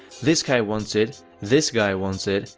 this guy wants it, this guy wants it,